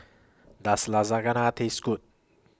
Does Lasagna Taste Good